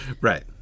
Right